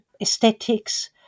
aesthetics